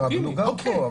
אבל הוא גר פה.